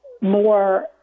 more